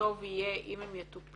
וטוב יהיה אם הם יטופלו